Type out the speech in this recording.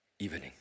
Evening